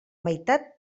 meitat